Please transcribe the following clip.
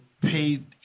paid